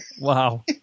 Wow